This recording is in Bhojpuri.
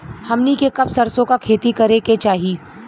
हमनी के कब सरसो क खेती करे के चाही?